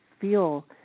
feel